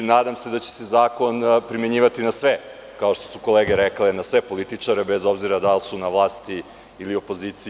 Nadam se da će se zakon primenjivati na sve, kao što su kolege rekle, na sve političare bez obzira da li su na vlasti ili u opoziciji.